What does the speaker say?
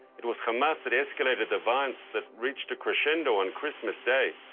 it was hamas that escalated the violence that reached a crescendo on christmas day,